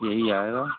यही आएगा